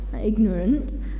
ignorant